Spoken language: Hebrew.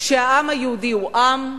שהעם היהודי הוא עם,